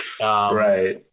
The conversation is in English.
Right